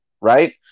right